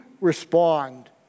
respond